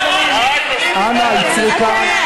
אנא עצרו כאן.